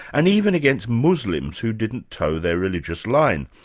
and even against muslims who didn't toe their religious line.